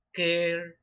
care